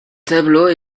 tableau